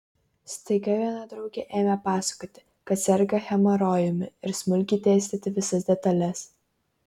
staiga viena draugė ėmė pasakoti kad serga hemorojumi ir smulkiai dėstyti visas detales